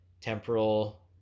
temporal